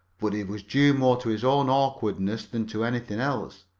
but it was due more to his own awkwardness than to anything else.